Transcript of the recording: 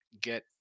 get